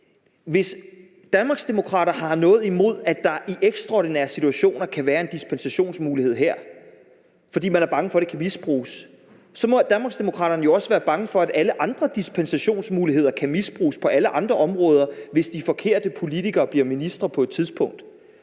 Hvis Danmarksdemokraterne har noget imod, at der i ekstraordinære situationer kan være en dispensationsmulighed her, fordi man er bange for, at det kan misbruges, så må Danmarksdemokraterne jo også være bange for, at alle andre dispensationsmuligheder kan misbruges på alle andre områder, hvis de forkerte politikere bliver ministre på et tidspunkt.